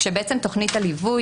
בעצם תוכנית הליווי,